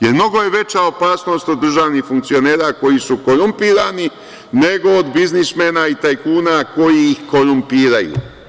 Jer, mnogo je veća opasnost od državnih funkcionera koji su korumpirani, nego od biznismena i tajkuna koji ih korumpiraju.